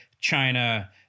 China